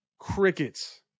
crickets